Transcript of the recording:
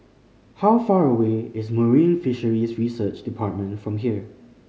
how far away is Marine Fisheries Research Department from here